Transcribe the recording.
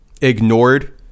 ignored